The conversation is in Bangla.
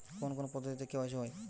কোন কোন পদ্ধতিতে কে.ওয়াই.সি হয়?